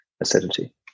acidity